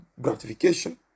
gratification